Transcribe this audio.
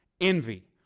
envy